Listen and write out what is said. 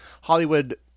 Hollywood